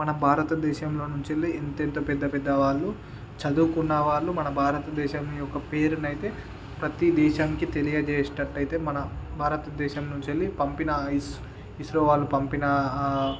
మన భారతదేశంలో నుంచి వెళ్ళి ఎంత ఎంత పెద్దవాళ్ళు చదువుకున్నవాళ్ళు మన భారతదేశం యొక్క పేరునైతే ప్రతి దేశంకి తెలియజేసేటట్టయితే మన భారతదేశం నుంచి వెళ్ళి పంపిన ఇస్ ఇస్రో వాళ్ళు పంపిన